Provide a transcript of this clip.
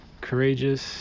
courageous